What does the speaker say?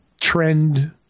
trend